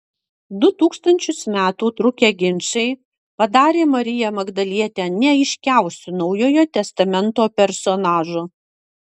du tūkstančius metų trukę ginčai padarė mariją magdalietę neaiškiausiu naujojo testamento personažu